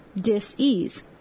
disease